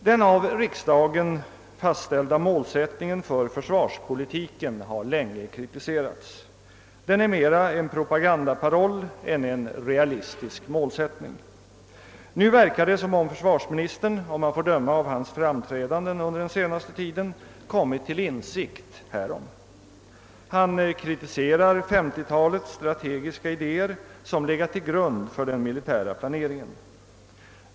Den av riksdagen fastställda målsättningen för försvarspolitiken har länge kritiserats. Den är mera en propagandaparoll är en realistisk målsättning. Nu verkar det som om försvarsministern, om man får döma av hans framträdanden under den senaste tiden, kommit till insikt härom. Han kritiserar 1950 talets strategiska idéer, som legat till grund för den militära planeringen.